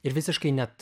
ir visiškai net